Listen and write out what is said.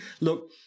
look